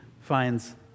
finds